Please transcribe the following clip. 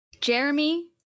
Jeremy